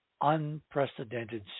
unprecedented